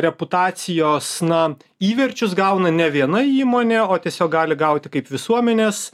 reputacijos na įverčius gauna ne viena įmonė o tiesiog gali gauti kaip visuomenės